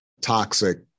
toxic